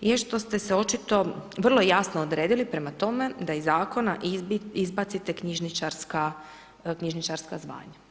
jest što te se očito vrlo jasno odredili prema tome da iz zakona izbacite knjižničarska zvanja.